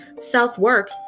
Self-work